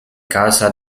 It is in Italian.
casa